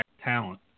talent